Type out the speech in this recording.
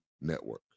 Network